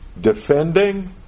defending